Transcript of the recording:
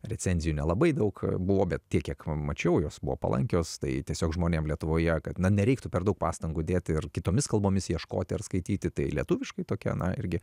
recenzijų nelabai daug buvo bet tiek kiek mačiau jos buvo palankios tai tiesiog žmonėm lietuvoje kad nereiktų per daug pastangų dėti ir kitomis kalbomis ieškoti ar skaityti tai lietuviškai tokia irgi